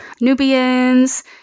Nubians